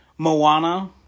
Moana